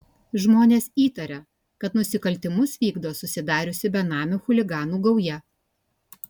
žmonės įtaria kad nusikaltimus vykdo susidariusi benamių chuliganų gauja